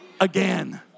again